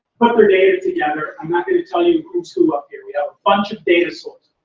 put their data together, i'm not gonna tell you who's who up here, we have a bunch of data sources.